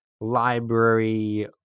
library